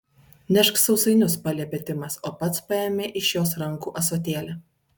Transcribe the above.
nešk sausainius paliepė timas o pats paėmė iš jos rankų ąsotėlį